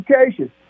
education